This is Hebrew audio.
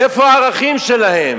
איפה הערכים שלהם,